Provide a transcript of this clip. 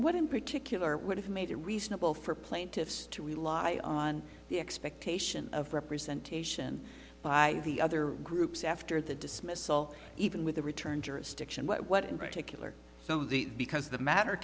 what in particular would have made it reasonable for plaintiffs to rely on the expectation of representation by the other groups after the dismissal even with the return jurisdiction what what in particular so the because the matter